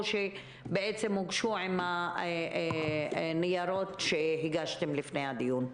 שבעצם הוגשו עם הניירות שהגשתם לפני הדיון.